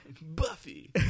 Buffy